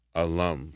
alum